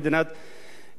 השאלה שנשאלת עכשיו,